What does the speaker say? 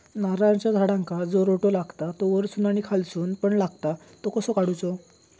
नारळाच्या झाडांका जो रोटो लागता तो वर्सून आणि खालसून पण लागता तो कसो काडूचो?